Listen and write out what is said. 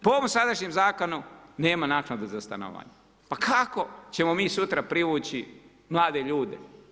Po ovom sadašnjem zakonu nema naknade za stanovanje, pa kako ćemo mi sutra privući mlade ljude.